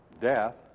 death